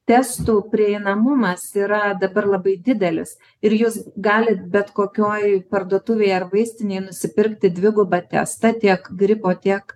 testų prieinamumas yra dabar labai didelis ir jūs galit bet kokioj parduotuvėj ar vaistinėj nusipirkti dvigubą testą tiek gripo tiek